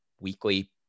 weekly